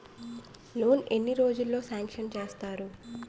Loan ఎన్ని రోజుల్లో sanction చేస్తారు?